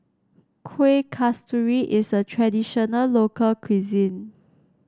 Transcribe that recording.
Kuih Kasturi is a traditional local cuisine